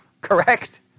Correct